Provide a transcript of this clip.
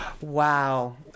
Wow